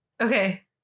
Okay